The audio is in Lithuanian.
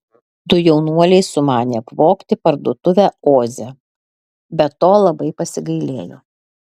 du jaunuoliai sumanė apvogti parduotuvę oze bet to labai pasigailėjo